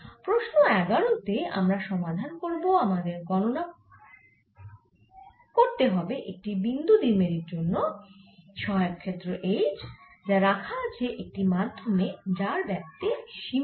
প্রশ্ন 11 তে আমরা গণনা করব আমাদের গণনা করতে হবে একটি বিন্দু দ্বিমেরুর জন্য সহায়ক ক্ষেত্র H যা রাখা আছে একটি মাধ্যমে যার ব্যাপ্তি সীমিত